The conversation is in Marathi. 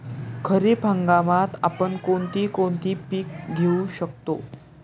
खरीप हंगामात आपण कोणती कोणती पीक घेऊ शकतो?